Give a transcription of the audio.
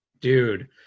Dude